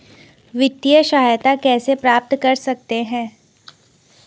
वित्तिय सहायता कैसे प्राप्त कर सकते हैं?